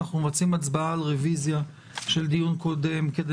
אנחנו עושים הצבעה על רביזיה של דיון קודם כדי